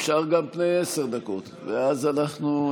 אפשר גם בני עשר דקות, ואז אנחנו,